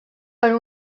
per